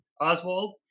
Oswald